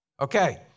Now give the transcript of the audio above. Okay